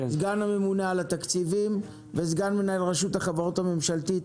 סגן הממונה על התקציבים וסגן מנהל רשות החברות הממשלתית,